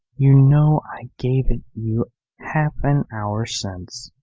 you know i gave it you half an hour since.